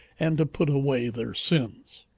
and to put away their sins.